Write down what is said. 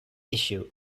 issue